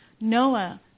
Noah